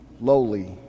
lowly